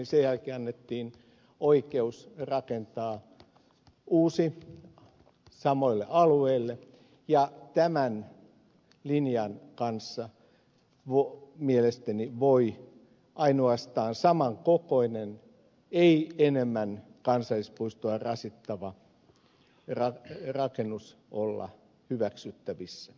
sen jälkeen annettiin oikeus rakentaa uusi samoille alueille ja tämän linjan kanssa mielestäni voi ainoastaan saman kokoinen ei enemmän kansallispuistoa rasittava rakennus olla hyväksyttävissä